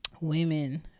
women